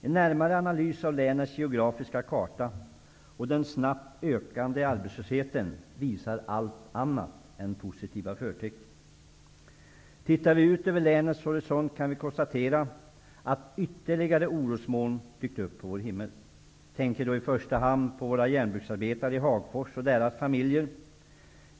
En närmare analys av länets geografiska karta och den snabbt ökande arbetslösheten visar allt annat än positiva förtecken. Tittar vi ut över länets horisont kan vi konstatera att ytterligare orosmoln dykt upp på vår himmel. Jag tänker då i första hand på våra järnbruksarbetare i Hagfors och deras familjer.